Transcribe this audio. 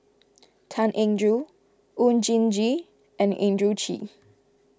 Tan Eng Joo Oon Jin Gee and Andrew Chew